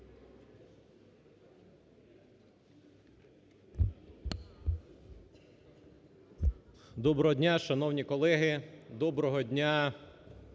Доброго дня, шановні колеги! Доброго дня,